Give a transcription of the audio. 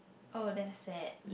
oh that's sad